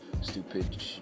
stupid